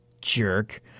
jerk